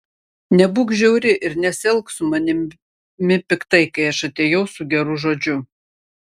nebūk žiauri ir nesielk su manimi piktai kai aš atėjau su geru žodžiu